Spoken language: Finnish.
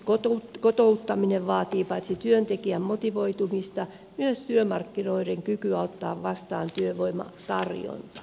onnistunut kotouttaminen vaatii paitsi työntekijän motivoitumista myös työmarkkinoiden kykyä ottaa vastaan työvoimatarjontaa